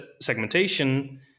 segmentation